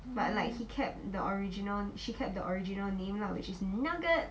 but like he kept the original she kept the original name lah which is nugget